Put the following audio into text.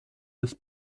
des